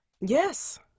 yes